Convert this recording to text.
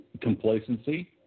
Complacency